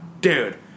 dude